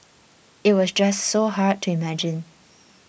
it was just so hard to imagine